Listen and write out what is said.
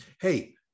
hey